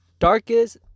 Darkest